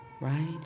right